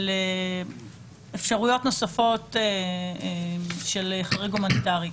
ולאפשרויות נוספות של חריג הומניטרי.